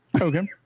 Okay